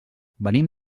venim